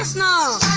know